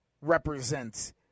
represents